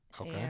Okay